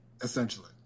essentially